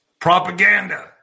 propaganda